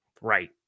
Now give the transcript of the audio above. Right